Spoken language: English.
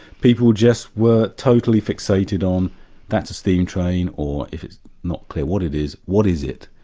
people just were totally fixated on that's a steam train, or if it's not clear what it is, what is it,